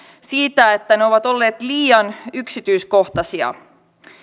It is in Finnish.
siitä että ne ovat olleet liian yksityiskohtaisia